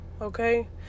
okay